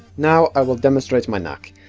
now, i will demonstrate my knack.